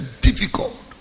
difficult